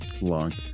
Long